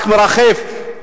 רק מרחף.